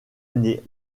année